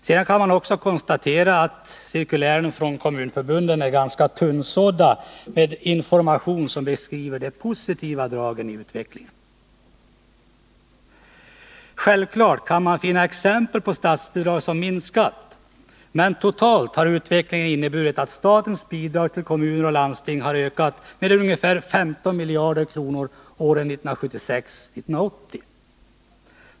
Sedan kan man också konstatera att cirkulären från kommunförbunden är ganska tunnsådda när det gäller information som beskriver de positiva dragen i utvecklingen. Självfallet kan man finna exempel på statsbidrag som minskat, men totalt har utvecklingen inneburit att statens bidrag till kommuner och landsting ökat med ungefär 15 miljarder kronor under åren 1976-1980.